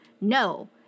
no